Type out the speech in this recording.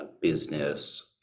business